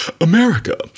America